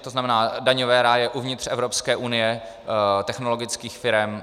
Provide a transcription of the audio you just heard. To znamená daňové ráje uvnitř Evropské unie technologických firem.